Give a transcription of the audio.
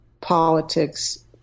politics